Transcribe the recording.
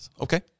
Okay